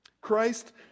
christ